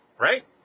right